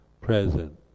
Present